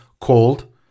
called